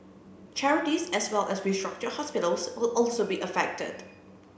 charities as well as restructured hospitals will also be affected